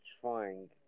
trying